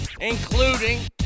including